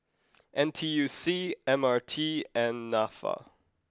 N T U C M R T and Nafa